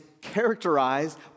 characterized